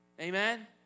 Amen